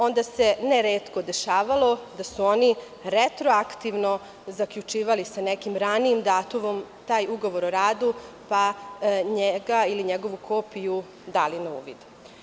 Onda se ne retko dešavalo da su oni retroaktivno zaključivali sa nekim ranijim datumom taj ugovor o radu, pa njega ili njegovu kopiju dali na uvid.